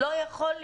לא ייתכן,